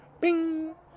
bing